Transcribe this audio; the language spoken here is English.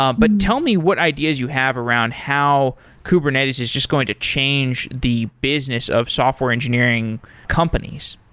um but tell me what ideas you have around how kubernetes is just going to change the business of software engineering companies.